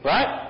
Right